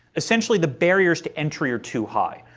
essentially the barriers to entry are too high.